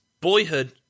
boyhood